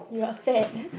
you are afraid